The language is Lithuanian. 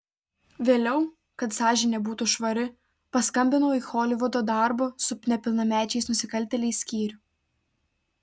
vėliau kad sąžinė būtų švari paskambinau į holivudo darbo su nepilnamečiais nusikaltėliais skyrių